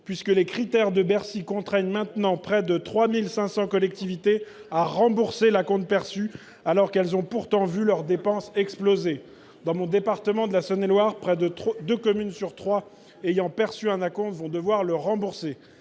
puisque les critères de Bercy contraignent maintenant près de 3 500 collectivités territoriales à rembourser l’acompte perçu, alors qu’elles ont vu leurs dépenses exploser ! Dans mon département de Saône et Loire, près de deux communes sur trois ayant perçu un acompte vont devoir le rembourser.